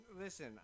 Listen